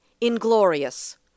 inglorious